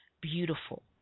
beautiful